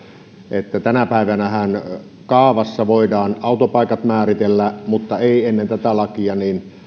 että tänä päivänähän kaavassa voidaan autopaikat määritellä mutta ennen tätä lakia